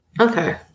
Okay